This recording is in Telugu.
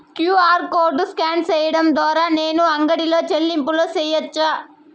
క్యు.ఆర్ కోడ్ స్కాన్ సేయడం ద్వారా నేను అంగడి లో చెల్లింపులు సేయొచ్చా?